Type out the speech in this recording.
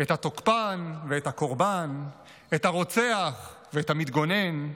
את התוקפן ואת הקורבן, את הרוצח ואת המתגונן.